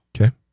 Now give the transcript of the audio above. Okay